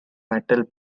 metal